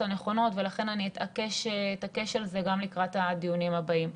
הנכונות ולכן אני אתעקש על זה גם לקראת הדיונים הבאים.